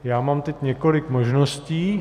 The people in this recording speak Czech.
Já mám teď několik možností.